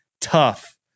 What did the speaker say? tough